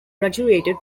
graduated